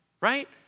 right